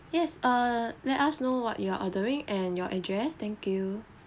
yes err let us know what you're ordering and your address thank you